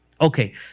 Okay